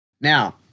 now